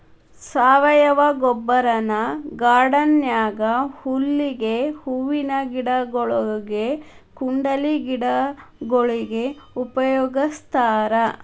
ಸಾವಯವ ಗೊಬ್ಬರನ ಗಾರ್ಡನ್ ನ್ಯಾಗ ಹುಲ್ಲಿಗೆ, ಹೂವಿನ ಗಿಡಗೊಳಿಗೆ, ಕುಂಡಲೆ ಗಿಡಗೊಳಿಗೆ ಉಪಯೋಗಸ್ತಾರ